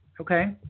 Okay